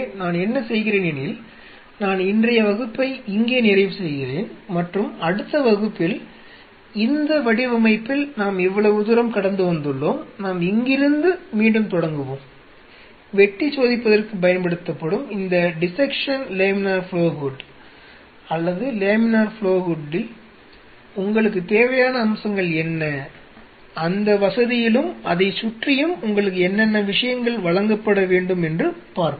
எனவே நான் என்ன செய்கிறேன் எனில் நான் இன்றைய வகுப்பை இங்கே நிறைவு செய்கிறேன் மற்றும் அடுத்த வகுப்பில் இந்த வடிவமைப்பில் நாம் இவ்வளவு தூரம் கடந்து வந்துள்ளோம் நாம் இங்கிருந்து மீண்டும் தொடங்குவோம் வெட்டிச்சோதிப்பதற்குப் பயன்படுத்தப்படும் இந்த டிசெக்ஷன் லேமினார் ஃப்ளோ ஹூட் அல்லது லேமினார் ஃப்ளோ ஹூட்டில் உங்களுக்குத் தேவையான அம்சங்கள் என்ன அந்த வசதியிலும் அதைச் சுற்றியும் உங்களுக்கு என்னென்ன விஷயங்கள் வழங்கப்பட வேண்டும் என்று பார்ப்போம்